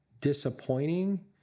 disappointing